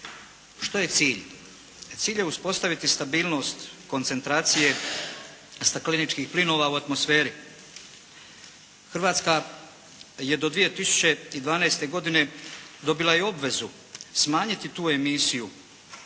Što je cilj? Cilj je uspostaviti stabilnost koncentracije stakleničkih plinova u atmosferi. Hrvatska je do 2012. godine dobila i obvezu smanjiti tu emisiju